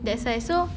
that's why so